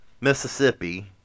Mississippi